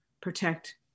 protect